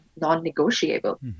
non-negotiable